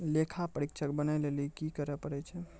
लेखा परीक्षक बनै लेली कि करै पड़ै छै?